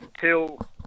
till